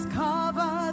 cover